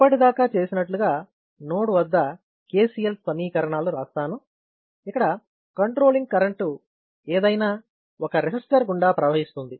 ఇప్పటిదాకా చేసినట్లుగా నోడు వద్ద KCL సమీకరణాలను రాస్తాము ఇక్కడ కంట్రోలింగ్ కరెంటు ఏదైనా ఒక రెసిస్టర్ గుండా ప్రవహిస్తుంది